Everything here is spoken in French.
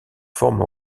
forme